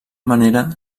manera